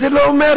אז זה לא אומר,